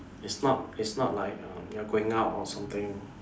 is not is not like um you're going out or something